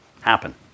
happen